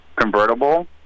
convertible